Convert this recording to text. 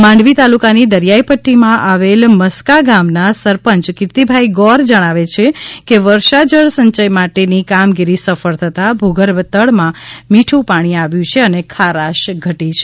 માંડવી તાલુકાની દરિયાઈ પદ્દીમાં આવેલ મસકા ગામના સરપંચ કિર્તિભાઈ ગોર જણાવે છે કે વર્ષા જળ સંચય માટેની કામગીરી સફળ થતાં ભૂગર્ભ તળમાં મીઠું પાણી આવ્યું છે અને ખારાશ ઘટી છે